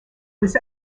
was